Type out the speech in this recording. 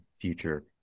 future